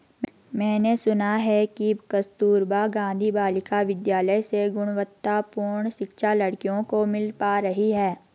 मैंने सुना है कि कस्तूरबा गांधी बालिका विद्यालय से गुणवत्तापूर्ण शिक्षा लड़कियों को मिल पा रही है